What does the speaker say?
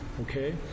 okay